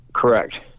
correct